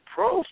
Pro